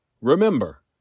Remember